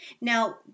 Now